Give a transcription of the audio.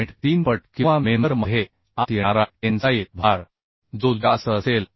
3 पट किंवा मेंबर मध्ये आत येणारा टेन्साईल भार जो जास्त असेल तो